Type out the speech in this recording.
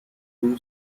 two